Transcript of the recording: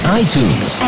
iTunes